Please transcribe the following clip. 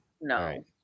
no